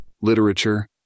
literature